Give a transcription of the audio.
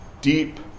Deep